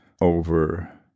over